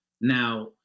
Now